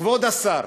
כבוד השר,